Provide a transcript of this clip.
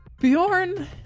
Bjorn